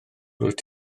rwyt